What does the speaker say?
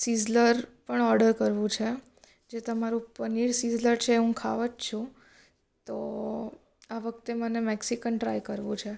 sizzler પણ order કરવું છે જે તમારું પનીર સિઝલર છે હું ખાઉં જ છું તો આ વખતે મને મેક્સિકન ટ્રાય કરવું છે